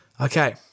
Okay